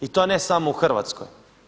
I to ne samo u Hrvatskoj.